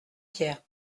pierre